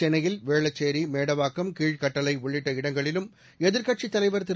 சென்னையில் வேளச்சேரி மேடவாக்கம் கீழ்கட்டளை உள்ளிட்ட இடங்களிலும் எதிர்க்கட்சித்தலைவர் திரு